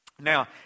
Now